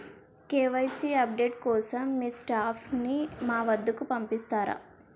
KYC update కోసం మీ staff ని మా వద్దకు పంపిస్తారా?